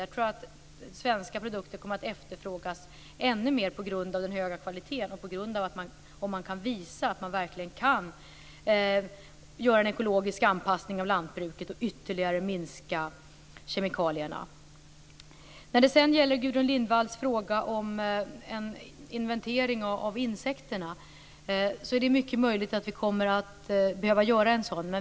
Jag tror att svenska produkter kommer att efterfrågas ännu mer på grund av den höga kvaliteten och om man visar att man verkligen kan göra en ekologisk anpassning av lantbruket och ytterligare minska mängden kemikalier. Gudrun Lindvall frågade också om en inventering av insekterna. Det är mycket möjligt att vi kommer att behöva göra en sådan.